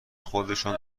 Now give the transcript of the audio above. خودشان